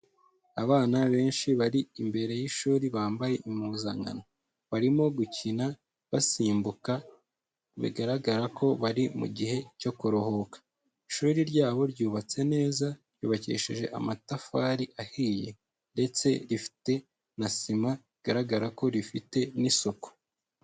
Abana benshi bari imbere y'ishuri bambaye impuzankano, barimo gukina basimbuka bigaragara ko bari mu gihe cyo kuruhuka, ishuri ryabo ryubatse neza ryubakishije amatafari ahiye ndetse rifite na sima bigaragara ko rifite n'isuku.